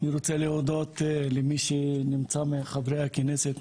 אני רוצה להודות למי שנמצא מחברי הכנסת,